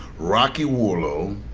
rocky warlow,